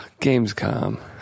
Gamescom